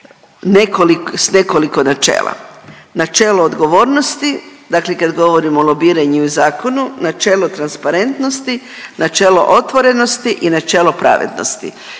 Načelo odgovornosti, dakle kad govorimo o lobiranju i zakonu, načelo transparentnosti, načelo otvorenosti i načelo pravednosti.